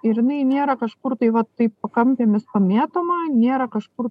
ir jinai nėra kažkur tai vat taip pakampėmis pamėtoma nėra kažkur